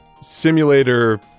simulator